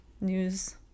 news